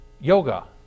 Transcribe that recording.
yoga